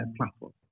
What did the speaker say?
platform